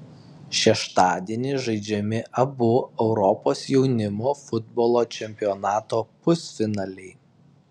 šeštadienį žaidžiami abu europos jaunimo futbolo čempionato pusfinaliai